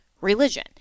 Religion